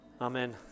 Amen